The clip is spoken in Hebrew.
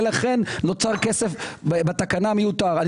לכן נוצר כסף בתקנה מיותר.